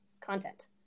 content